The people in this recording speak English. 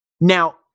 Now